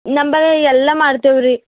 ನಮ್ಮಲ್ಲಿ ಎಲ್ಲಾ ಮಾಡ್ತೀವಿ ರೀ